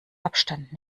abstand